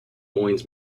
moines